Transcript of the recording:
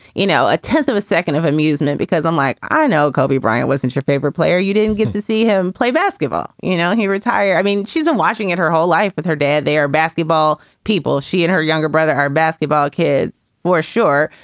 you know, a tenth of a second of amusement because i'm like, i know kobe bryant wasn't your favorite player. you didn't get to see him play basketball. you know, he retired. i mean, she's a watching it her whole life with her day. they are basketball people. she and her younger brother are basketball kids for sure.